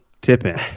Tipping